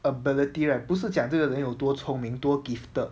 ability right 不是讲这个人有多聪明多 gifted